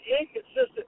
inconsistent